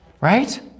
right